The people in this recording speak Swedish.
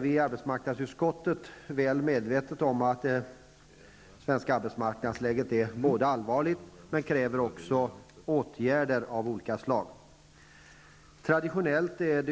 Vi i arbetsmarknadsutskottet är därför väl medvetna om att det svenska arbetsmarknadsläget är allvarligt och kräver åtgärder av olika slag. Traditionellt har